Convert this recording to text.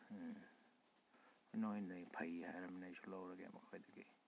ꯎꯝ ꯅꯣꯏꯅ ꯐꯩ ꯍꯥꯏꯔꯝꯅꯤꯅ ꯑꯩꯁꯨ ꯂꯧꯔꯒꯦ ꯃꯈꯣꯏꯗꯒꯤ